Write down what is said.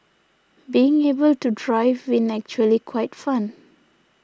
being able to drive in actually quite fun